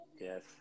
Yes